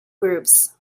grooves